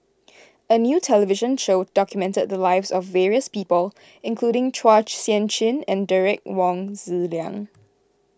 a new television show documented the lives of various people including Chua Sian Chin and Derek Wong Zi Liang